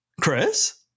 Chris